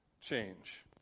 change